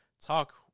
talk